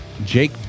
Jake